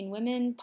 Women